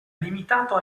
limitato